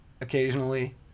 occasionally